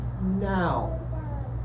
now